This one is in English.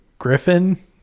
griffin